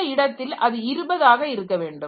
இந்த இடத்தில் அது 20 ஆக இருக்க வேண்டும்